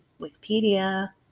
Wikipedia